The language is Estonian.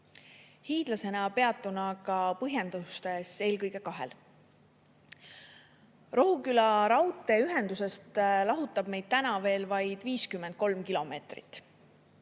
Hiidlasena peatun põhjendustel, eelkõige kahel. Rohuküla raudteeühendusest lahutab meid täna veel vaid 53 kilomeetrit.